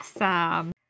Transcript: Awesome